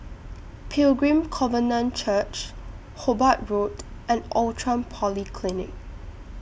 Pilgrim Covenant Church Hobart Road and Outram Polyclinic